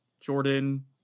Jordan